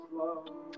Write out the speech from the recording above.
love